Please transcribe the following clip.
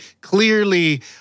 clearly